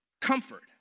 Comfort